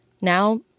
Now